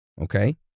okay